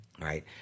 right